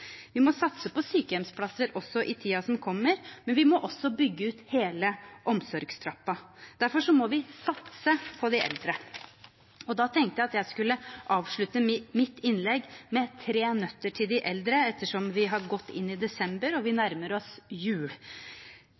Vi må satse på sykehjemsplasser også i tiden som kommer, men vi må også bygge ut hele omsorgstrappen. Derfor må vi satse på de eldre. Da tenkte jeg at jeg skulle avslutte mitt innlegg med tre nøtter til de eldre, ettersom vi har gått inn i desember og nærmer oss jul: